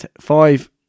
five